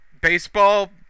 baseball